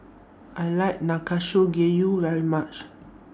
I like Nanakusa Gayu very much